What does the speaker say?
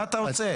מה אתה רוצה?